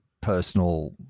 personal